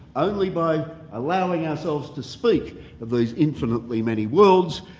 only by allowing ourselves to speak of these infinitely many worlds,